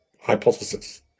hypothesis